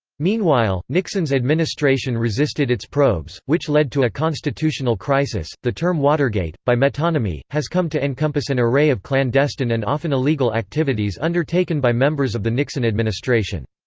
meanwhile, nixon's administration resisted its probes, which led to a constitutional crisis the term watergate, by metonymy, has come to encompass an array of clandestine and often illegal activities undertaken by members of the nixon administration.